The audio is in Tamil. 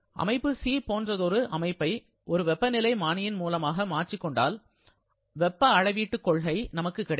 அமைப்பு C போன்றதொரு அமைப்பை ஒரு வெப்பநிலை மானியின் மூலமாக மாற்றிக் கொண்டால் வெப்ப அளவீட்டு கொள்கை நமக்கு கிடைக்கும்